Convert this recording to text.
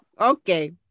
Okay